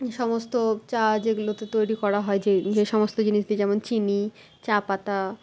সমস্ত চা যেগুলোতে তৈরি করা হয় যেই যে সমস্ত জিনিস দিয়ে যেমন চিনি চা পাতা